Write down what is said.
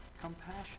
compassion